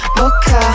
boca